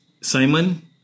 Simon